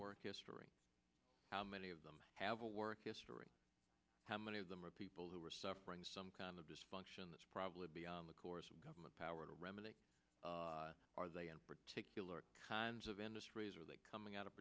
work history how many of them have a work how many of them are people who are suffering some kind of dysfunction that's probably beyond the course of government power to remedy are they in particular kinds of industries are they coming out of